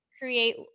create